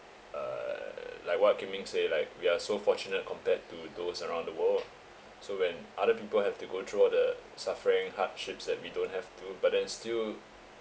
uh like what Kian Ming say like we are so fortunate compared to those around the world so when other people have to go through all the suffering hardships that we don't have to but then still